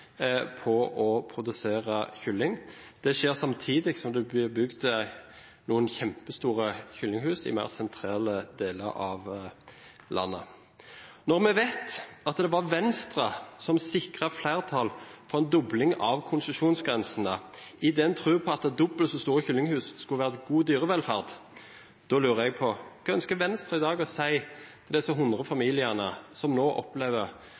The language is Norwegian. på å produsere kylling. Det skjer samtidig som det blir bygd noen kjempestore kyllinghus i mer sentrale deler av landet. Når vi vet at det var Venstre som sikret flertall for en dobling av konsesjonsgrensene i den tro at dobbelt så store kyllinghus skulle være god dyrevelferd, lurer jeg på: Hva ønsker Venstre i dag å si til disse hundre familiene som nå opplever